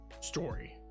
story